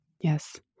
Yes